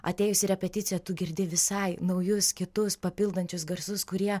atėjus į repeticiją tu girdi visai naujus kitus papildančius garsus kurie